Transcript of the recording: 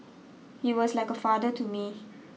he was like a father to me